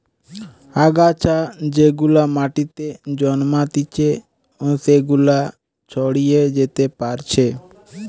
আগাছা যেগুলা মাটিতে জন্মাতিচে সেগুলা ছড়িয়ে যেতে পারছে